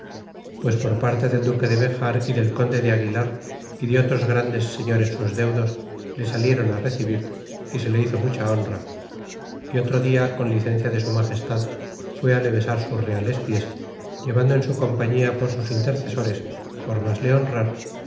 pues por parte del duque de bejar y del conde de aguilar y de otros grandes señores sus deudos le salieron a recebir y se le hizo mucha honra y otro dia con licencia de su magestad fue le besar sus reales pies llevando en su compañia por sus intercesores por mas le honrar